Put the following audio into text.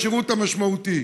לשירות המשמעותי.